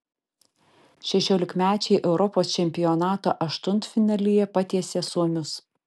šešiolikmečiai europos čempionato aštuntfinalyje patiesė suomius